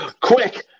Quick